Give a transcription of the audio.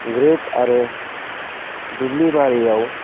ग्रोब आरो दुब्लि बारियाव